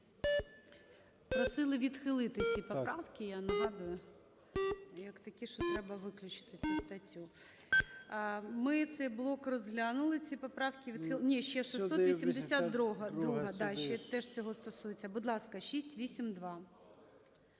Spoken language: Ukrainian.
Просили відхилити ці поправки, я нагадую, як такі, що треба виключити цю статтю. 12:50:38 За-6 Ми цей блок розглянули ці поправки… Ні, ще 682-а. Да, ще теж цього стосується. Будь ласка, 682.